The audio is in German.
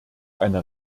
eine